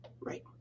Right